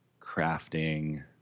crafting